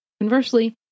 Conversely